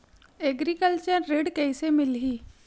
Agriculture ऋण कइसे मिलही?